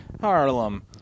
Harlem